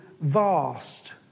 vast